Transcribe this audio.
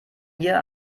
ihr